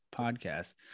podcast